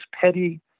petty